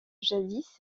jadis